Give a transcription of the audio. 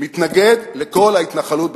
מתנגד לכל ההתנחלות בשטחים?